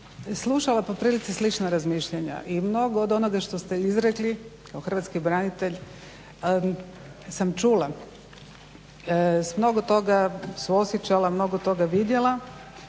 slušala po prilici slična razmišljanja i mnogo od onoga što ste izrekli kao hrvatski branitelj sam čula, s mnogo toga suosjećala, mnogo toga vidjela.